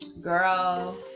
Girl